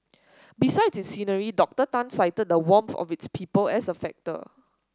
besides its scenery Doctor Tan cited the warmth of its people as a factor